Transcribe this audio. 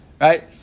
Right